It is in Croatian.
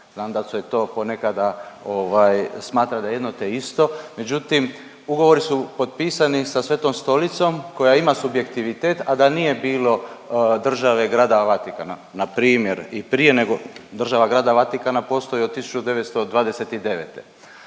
znam da se to ponekada ovaj smatra da je jedno te isto, međutim ugovori su potpisani sa Svetom Stolicom koja ima subjektivitet, a da nije bilo Države Grada Vatikana npr. i prije nego, Država Grada Vatikana postoji od 1929.,